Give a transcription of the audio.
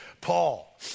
Paul